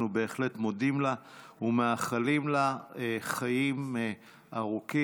אנחנו בהחלט מודים לה ומאחלים לה חיים ארוכים.